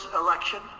election